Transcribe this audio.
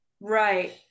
Right